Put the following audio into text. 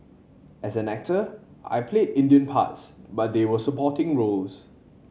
as an actor I played Indian parts but they were supporting roles